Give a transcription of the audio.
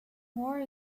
war